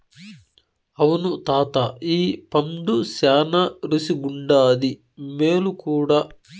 అవును తాతా ఈ పండు శానా రుసిగుండాది, మేలు కూడా